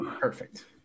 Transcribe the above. perfect